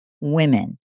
women